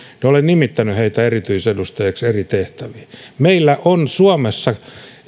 niin olen nimittänyt heitä erityisedustajiksi eri tehtäviin meillä on suomessa